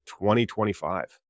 2025